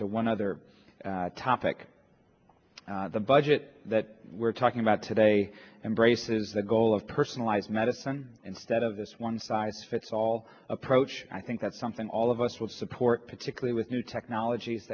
to one other topic the budget that we're talking about today embraces the goal of personalized medicine instead of this one size fits all approach i think that's something all of us would support particularly with new technologies